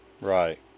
Right